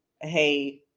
hey